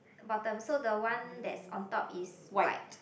bottom so the one that's on top is white